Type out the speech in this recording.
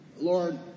Lord